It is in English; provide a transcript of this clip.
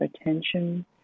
attention